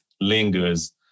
lingers